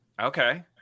Okay